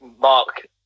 Mark